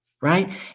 right